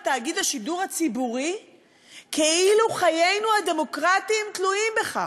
תאגיד השידור הציבורי כאילו חיינו הדמוקרטיים תלויים בכך.